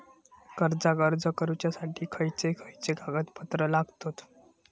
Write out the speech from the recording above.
कर्जाक अर्ज करुच्यासाठी खयचे खयचे कागदपत्र लागतत